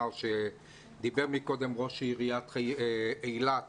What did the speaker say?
דיבר קודם ראש עיריית אילת